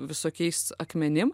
visokiais akmenim